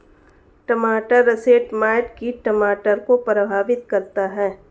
टमाटर russet mite कीट टमाटर को प्रभावित करता है